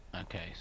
Okay